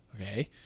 Okay